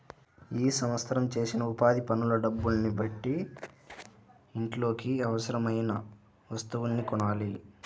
ఈ సంవత్సరం చేసిన ఉపాధి పనుల డబ్బుల్ని పెట్టి ఇంట్లోకి అవసరమయిన వస్తువుల్ని కొనాలి